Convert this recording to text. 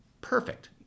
Perfect